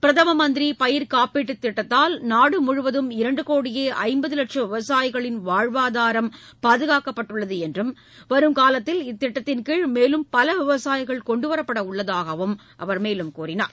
பிரதம மந்திரி பயிர் காப்பீட்டு திட்டத்தால் நாடு முழுவதும் இரண்டு கோடியே ஐம்பது லட்ச விவசாயிகளின் வாழ்வாதாரம் பாதுகாக்கப்பட்டுள்ளது என்றும் வரும் காலத்தில் இத்திட்டத்தின் கீழ் மேலும் பல விவசாயிகள் கொண்டு வரப்பட உள்ளதாகவும் அவர் கூறினார்